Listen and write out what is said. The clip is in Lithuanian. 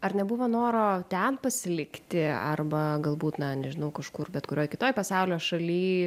ar nebuvo noro ten pasilikti arba galbūt na nežinau kažkur bet kurioj kitoj pasaulio šaly